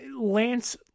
Lance